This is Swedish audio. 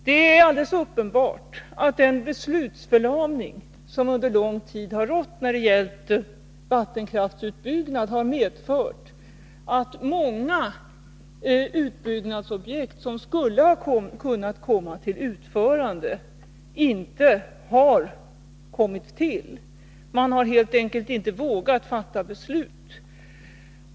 Det är alldeles uppenbart att den beslutsförlamning som under lång tid har rått när det gällt vattenkraftsutbyggnad har medfört att många utbyggnadsobjekt, som skulle ha kunnat komma till utförande, inte har kommit till stånd — man har helt enkelt inte vågat fatta beslut.